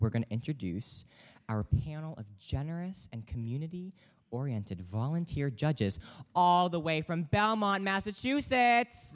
we're going to introduce our panel of generous and community oriented volunteer judges all the way from belmont massachusetts